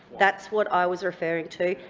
that's what i was referring to.